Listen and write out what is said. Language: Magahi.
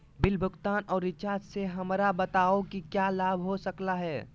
बिल भुगतान और रिचार्ज से हमरा बताओ कि क्या लाभ हो सकल बा?